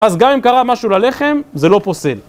אז גם אם קרה משהו ללחם, זה לא פוסל.